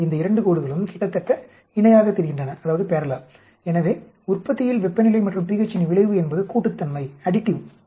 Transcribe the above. இந்த 2 கோடுகளும் கிட்டத்தட்ட இணையாகத் தெரிகின்றன எனவே உற்பத்தியில் வெப்பநிலை மற்றும் pH இன் விளைவு என்பது கூட்டுத்தன்மை ஆகும்